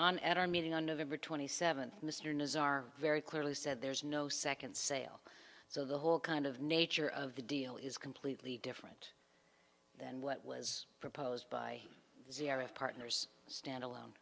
on at our meeting on november twenty seventh mr nisar very clearly said there's no second sale so the whole kind of nature of the deal is completely different than what was proposed by the arab partners stand alone